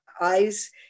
eyes